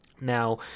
Now